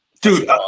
dude